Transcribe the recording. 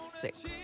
six